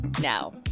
now